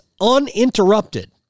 uninterrupted